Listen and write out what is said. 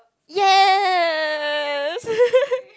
yes